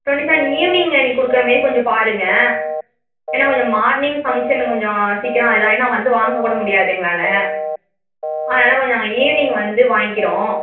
twenty seven evening அன்னைக்கு கொடுக்கற மாரி கொஞ்சம் பாருங்கள் ஏன்னா கொஞ்சம் மார்னிங் ஃபங்க்ஷனு கொஞ்சம் சீக்கிரம் இதாகினா வந்து வாங்க கூட முடியாது எங்களால் அதனால் கொஞ்சம் ஈவினிங் வந்து வாங்கிக்கிறோம்